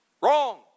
Wrong